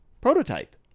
Prototype